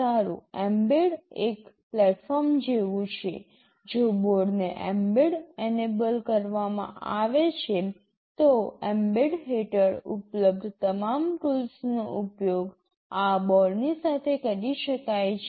સારું mbed એક platform જેવું છે જો બોર્ડને mbed એનેબલ કરવામાં આવે છે તો mbed હેઠળ ઉપલબ્ધ તમામ ટૂલ્સનો ઉપયોગ આ બોર્ડની સાથે કરી શકાય છે